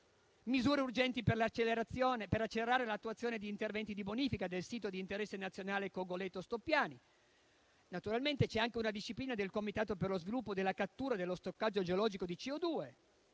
misure urgenti per accelerare l'attuazione di interventi di bonifica del sito di interesse nazionale Cogoleto-Stoppani; naturalmente, c'è anche una disciplina del Comitato per lo sviluppo della cattura e dello stoccaggio geologico di CO2;